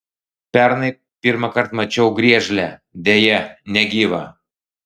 pernai pirmąkart mačiau griežlę deja negyvą